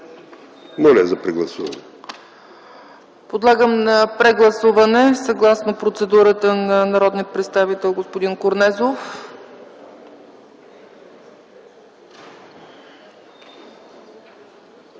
Моля за прегласуване.